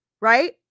right